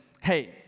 hey